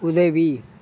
உதவி